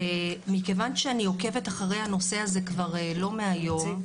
ומכיוון שאני עוקבת אחרי הנושא הזה כבר לא מהיום,